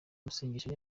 amasengesho